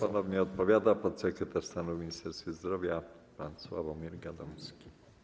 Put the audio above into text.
Ponownie odpowiada podsekretarz stanu w Ministerstwie Zdrowia pan Sławomir Gadomski.